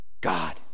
God